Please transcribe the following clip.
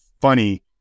funny